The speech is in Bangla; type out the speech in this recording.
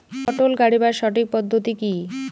পটল গারিবার সঠিক পদ্ধতি কি?